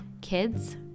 kids